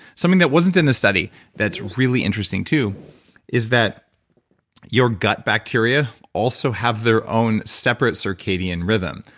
something that wasn't in the study that's really interesting too is that your gut bacteria also have their own separate circadian rhythm.